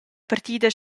partida